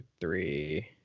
three